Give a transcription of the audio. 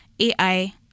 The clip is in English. AI